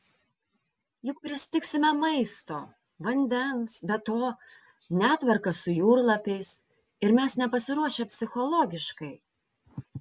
juk pristigsime maisto vandens be to netvarka su jūrlapiais ir mes nepasiruošę psichologiškai